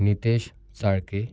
Nitesh Chalke